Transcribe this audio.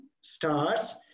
stars